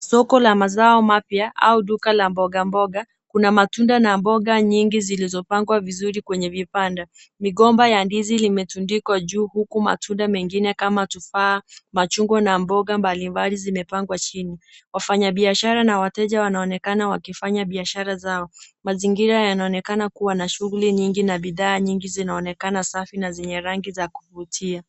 Soko la mazao mapya au duka la mboga mboga, kuna matunda na mboga nyingi zilizopangwa vizuri kwenye vibanda. Migomba ya ndizi limetundikwa juu huku matunda mengine kama tufa, machungwa na mboga mbalimbali zimepangwa chini. Wafanya biashara na wateja wanaonekana wakifanya biashara zao. Mazingira yanaonekana kuwa na shughuli nyingi na bidhaa nyingi zinaonekana safi na zenye rangi za kuvutia.